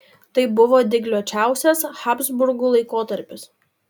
tai buvo dygliuočiausias habsburgų laikotarpis